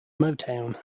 motown